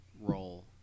role